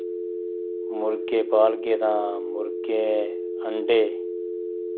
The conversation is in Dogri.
मुर्गे पालगे तां मुर्गेऽ अण्डे